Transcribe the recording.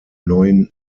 neuen